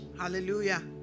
Hallelujah